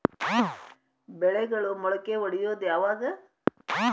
ಬೆಳೆಗಳು ಮೊಳಕೆ ಒಡಿಯೋದ್ ಯಾವಾಗ್?